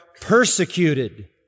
persecuted